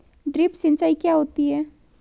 Drip सिंचाई क्या होती हैं?